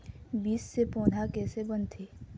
बीज से पौधा कैसे बनथे?